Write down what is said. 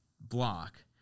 block